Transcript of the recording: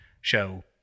show